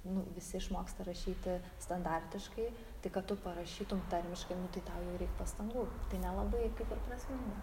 nu visi išmoksta rašyti standartiškai tai kad tu parašytum tarmiškai nu tai tau jau reik pastangų tai nelabai kaip ir prasminga